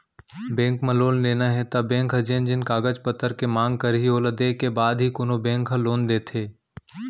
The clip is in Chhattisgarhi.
बेंक म लोन लेना हे त बेंक ह जेन जेन कागज पतर के मांग करही ओला देय के बाद ही कोनो बेंक ह लोन देथे